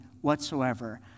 whatsoever